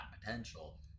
potential